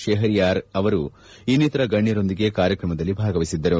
ಶೆಹರಿಯಾರ್ ಅವರು ಇನ್ನಿತರ ಗಣ್ಣರೊಂದಿಗೆ ಕಾರ್ಯಕ್ರಮದಲ್ಲಿ ಭಾಗವಹಿಸಿದ್ದರು